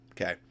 okay